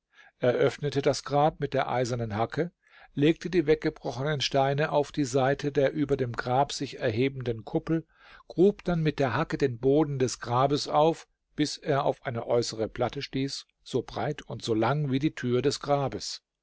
öffnete das grab mit der eisernen hacke legte die weggebrochenen steine auf die seite der über dem grab sich erhebenden kuppel grub dann mit der hacke den boden des grabes auf bis er auf eine äußere platte stieß so breit und so lang wie die tür des grabes